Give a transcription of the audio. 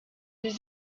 des